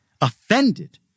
offended